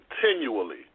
continually